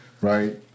right